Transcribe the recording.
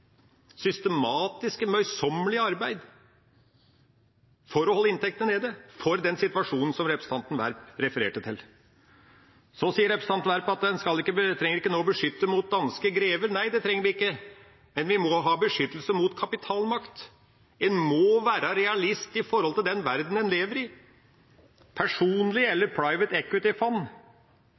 systematiske, møysommelige arbeid for å holde inntektene nede – for den situasjonen som representanten Werp refererte til. Så sier representanten Werp at en trenger ikke nå å beskytte mot danske grever. Nei, det trenger vi ikke, men vi må ha beskyttelse mot kapitalmakt. En må være realist i den verden en lever i.